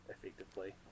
effectively